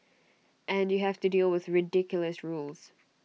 and you have to deal with ridiculous rules